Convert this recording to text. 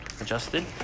adjusted